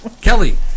Kelly